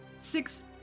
six